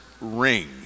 ring